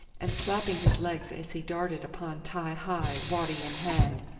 and slapping his legs as he darted upon ti-hi, waddy in hand.